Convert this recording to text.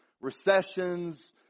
recessions